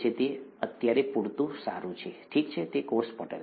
તે અત્યારે પૂરતું સારું છે ઠીક છે તે કોષ પટલ છે